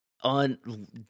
on